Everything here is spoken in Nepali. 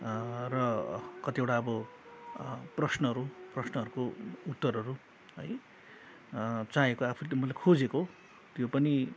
र कतिवटा अब प्रश्नहरू प्रश्नहरूको उत्तरहरू है चाहेको आफूले मतलब खोजेको त्यो पनि